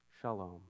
Shalom